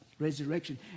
Resurrection